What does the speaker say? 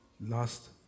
last